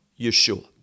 yeshua